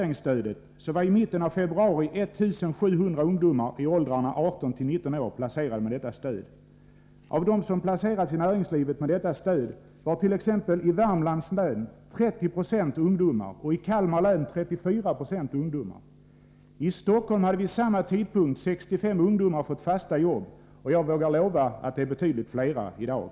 I mitten av februari var 1 700 ungdomar i åldrarna 18-19 år placerade med hjälp av rekryteringsstödet. Av dem som placerats i näringslivet med detta stöd var t.ex. i Värmlands län 30 26 ungdomar och i Kalmar län 34 2 ungdomar. I Stockholm hade vid samma tidpunkt 65 ungdomar fått fasta jobb, och jag vågar lova att det är betydligt flera i dag.